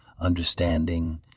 understanding